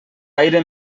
aire